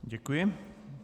Děkuji.